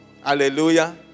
Hallelujah